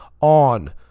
on